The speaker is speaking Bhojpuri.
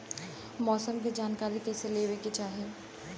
मौसम के जानकारी कईसे लेवे के चाही?